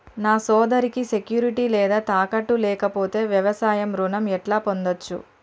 నా సోదరికి సెక్యూరిటీ లేదా తాకట్టు లేకపోతే వ్యవసాయ రుణం ఎట్లా పొందచ్చు?